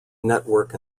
network